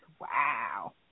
wow